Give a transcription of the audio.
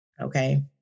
Okay